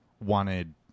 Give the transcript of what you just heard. wanted